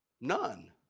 None